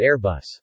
Airbus